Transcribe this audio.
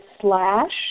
slash